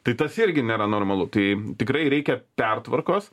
tai tas irgi nėra normalu tai tikrai reikia pertvarkos